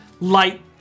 light